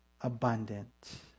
abundant